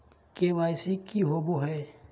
KYC की होबो है?